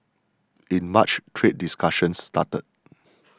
in March trade discussions start